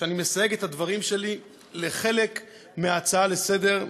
שאני מסייג את הדברים שלי לחלק מההצעה לסדר-היום,